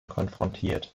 konfrontiert